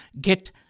get